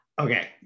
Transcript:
Okay